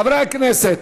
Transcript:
חברי הכנסת,